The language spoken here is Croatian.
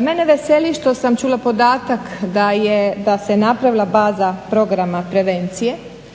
Mene veseli što sam čula podataka da je, da se napravila baza programa prevencije